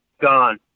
gone